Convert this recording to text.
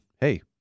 hey